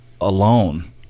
alone